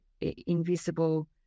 invisible